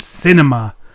cinema